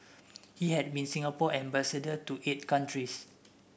he had been Singapore ambassador to eight countries